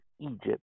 Egypt